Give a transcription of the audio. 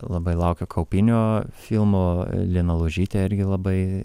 labai laukiu kaupinio filmo lina lužytė irgi labai